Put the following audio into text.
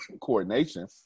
coordination